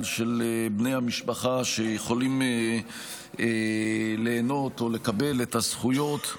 של בני המשפחה שיכולים ליהנות או לקבל את הזכויות,